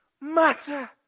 matter